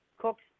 cooks